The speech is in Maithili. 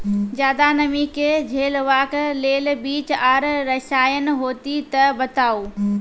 ज्यादा नमी के झेलवाक लेल बीज आर रसायन होति तऽ बताऊ?